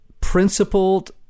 principled